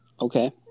Okay